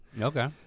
Okay